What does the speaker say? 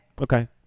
Okay